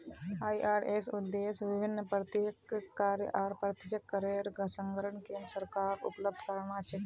IRS उद्देश्य विभिन्न प्रत्यक्ष कर आर अप्रत्यक्ष करेर संग्रह केन्द्र सरकारक उपलब्ध कराना छे